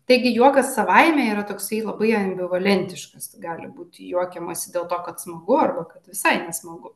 taigi juokas savaime yra toksai labai ambivalentiškas gali būti juokiamasi dėl to kad smagu arba kad visai nesmagu